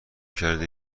کرده